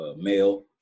male